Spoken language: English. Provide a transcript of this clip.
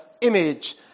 image